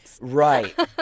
Right